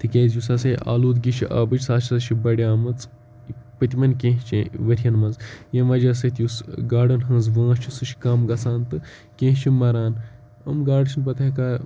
تکیازِ یُس ہَسا یہِ آلوٗدگی چھِ آبٕچ سۄ ہَسا چھِ بَڑیامٕژ پٔتۍمٮ۪ن کینٛہہ ؤرۍیَن مَنٛز ییٚمہِ وَجہ سۭتۍ یُس گاڑَن ہٕنٛز وٲنٛس چھِ سُہ چھِ کَم گَژھان تہٕ کینٛہہ چھِ مَران یِم گاڑٕ چھِ نہٕ پَتہٕ ہیٚکان